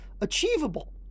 achievable